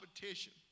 competition